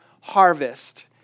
harvest